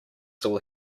still